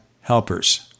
helpers